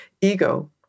ego